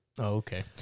Okay